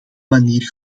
manier